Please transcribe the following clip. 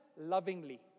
lovingly